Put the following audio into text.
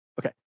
okay